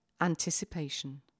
anticipation